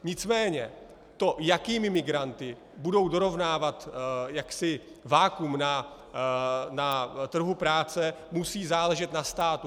Nicméně to, jakými migranty budou dorovnávat vakuum na trhu práce, musí záležet na státu.